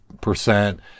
percent